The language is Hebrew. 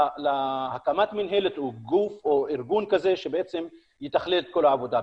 להקמת מנהלת או גוף או ארגון כזה שיתכלל את כל העבודה.